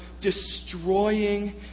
destroying